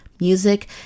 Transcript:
music